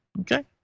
Okay